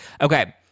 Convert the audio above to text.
Okay